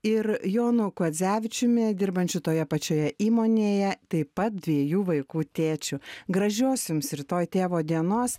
ir jono kuodzevičiumi dirbančiu toje pačioje įmonėje taip pat dviejų vaikų tėčiu gražios jums rytoj tėvo dienos